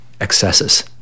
excesses